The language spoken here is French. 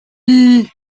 lee